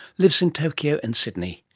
lives in tokyo and sydney.